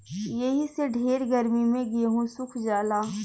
एही से ढेर गर्मी मे गेहूँ सुख जाला